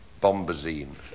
Bombazine